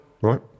right